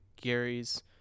Gary's